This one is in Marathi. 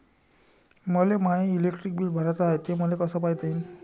मले माय इलेक्ट्रिक बिल भराचं हाय, ते मले कस पायता येईन?